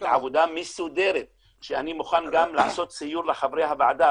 עבודה מסודרת שאני מוכן גם לעשות סיור לחברי הוועדה,